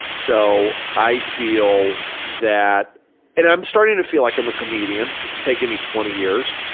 so i feel that and i'm starting to feel like i'm a comedian. it's taken me twenty years.